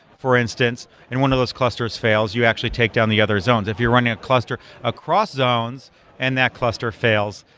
for instance, and one of those clusters fails, you actually take down the other zones. if you're running a cluster across zones and that cluster fails,